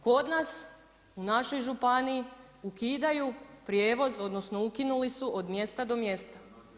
Kod nas, u našoj županiji, ukidaju prijevoz, odnosno, ukinuli su od mjesta do mjesta.